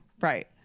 Right